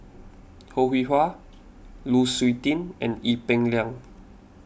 Ho Rih Hwa Lu Suitin and Ee Peng Liang